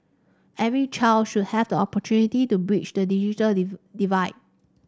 every child should have the opportunity to bridge the digital divide